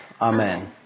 Amen